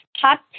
top